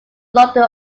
london